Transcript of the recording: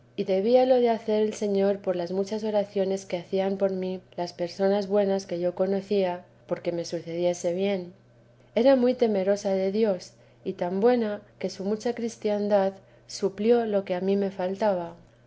y debíalo hacer el señor por las muchas oraciones que hacían por mí las personas buenas que yo conocía porque me sucediese bien era muy temerosa de dios y tan buena que su mucha cristiandad suplió lo que a mí me faltaba